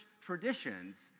traditions